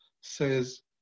says